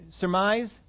surmise